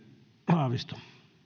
haavisto